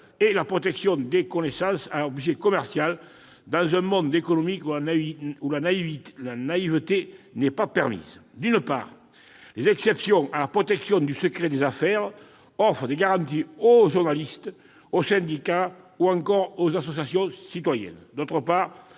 et la protection des connaissances à objet commercial, dans un monde économique où la naïveté n'est pas permise. D'une part, les exceptions à la protection du secret des affaires offrent des garanties aux journalistes, aux syndicats ou encore aux associations citoyennes. D'autre part,